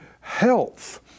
health